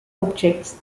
objects